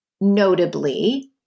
notably